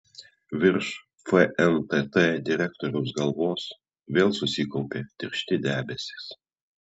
virš fntt direktoriaus galvos vėl susikaupė tiršti debesys